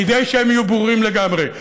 כדי שהם יהיו ברורים לגמרי.